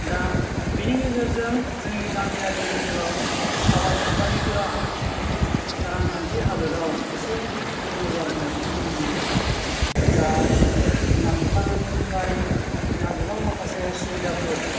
दा बेनि गेजेरजों जोंनि गामियारि ओनसोलाव आबादारिफोरा रांखान्थि हालोदाव एसे जौगाबोनायखौ नुनो मोनदों दा जोंहा बिफानारिनिफ्राय जोंहा गोबां माखासे सुबिदाफोर